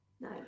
no